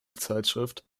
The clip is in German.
zeitschrift